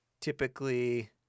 typically-